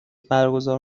برگزار